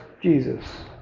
Jesus